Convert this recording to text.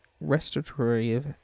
Restorative